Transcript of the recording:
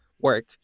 work